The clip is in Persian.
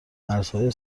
مرزهای